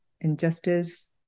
injustice